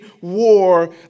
war